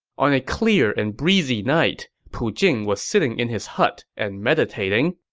on a clear and breezy night, pu jing was sitting in his hut and meditating.